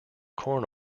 corn